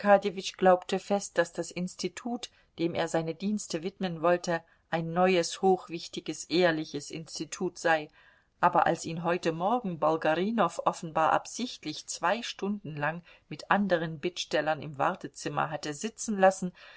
glaubte fest daß das institut dem er seine dienste widmen wollte ein neues hochwichtiges ehrliches institut sei aber als ihn heute morgen bolgarinow offenbar absichtlich zwei stunden lang mit anderen bittstellern im wartezimmer hatte sitzen lassen